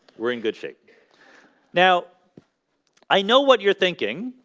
we're in good shape now i know what you're thinking.